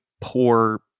poor